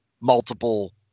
multiple